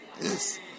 Yes